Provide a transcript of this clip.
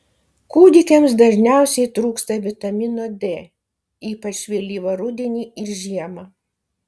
kūdikiams dažniausiai trūksta vitamino d ypač vėlyvą rudenį ir žiemą